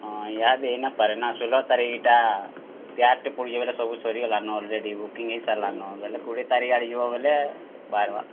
ହଁ ଇହାଦେ ହେଇ ନିପାରେ ନା ଷୁଲ୍ହ ତାରିଖ୍ ଟା ପ୍ୟାକ୍ଟା ପଡ଼ିଯିବା ବେଲେ ସବୁ ସରିଗଲାନ ଅଲ୍ରେଡ଼ି ବୁକିଙ୍ଗ୍ ହେଇ ସାର୍ଲାନ୍ କୁଡ଼ିଏ ତାରିଖ୍ ଆଡ଼େ ଯିବ ବେଲେ ବାହାର୍ବା